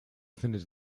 findet